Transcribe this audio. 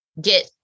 get